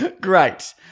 Great